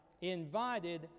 invited